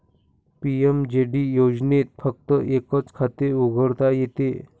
PMJD योजनेत फक्त एकच खाते उघडता येते